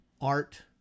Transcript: art